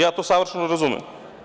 Ja to savršeno razumem.